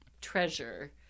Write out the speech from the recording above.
treasure